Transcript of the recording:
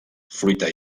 fruita